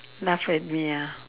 laugh at me ah